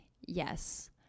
yes